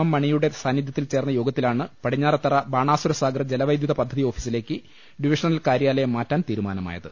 M മണിയുടെ സാന്നിധ്യത്തിൽ ചേർന്ന യോഗത്തിലാണ് പടിഞ്ഞാറെത്തറ ബാണാസുരസാഗർ ജലവൈദ്യുത പദ്ധതി ഓഫീസിലേക്ക് ഡിവി ഷണൽ കാര്യാലയം മാറ്റാൻ തീരുമാനമായത്